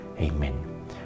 Amen